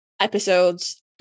episodes